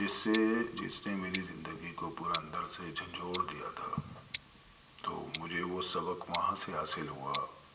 اس سے جس نے میری زندگی کو پورا اندر سے جھنجھوڑ دیا تھا تو مجھے وہ سبق وہاں سے حاصل ہوا